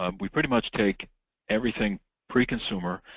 um we pretty much take everything pre-consumer.